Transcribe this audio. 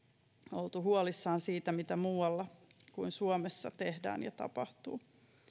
oltu huolissaan siitä mitä muualla kuin suomessa tehdään ja tapahtuu